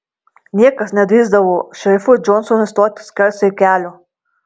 niekas nedrįsdavo šerifui džonsonui stoti skersai kelio